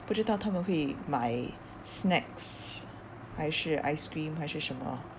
不知道他们会买 snacks 还是 ice cream 还是什么